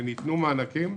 וניתנו מענקים.